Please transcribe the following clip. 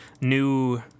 new